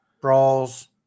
brawls